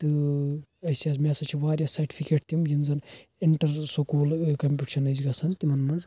تہٕ أسۍ حظ مےٚ ہَسا چھِ واریاہ سَرٹفِکیٹ تِم یم زن اِنٹرسکول ٲں کمپِٹشن ٲسۍ گَژھان تمن مَنٛز